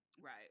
Right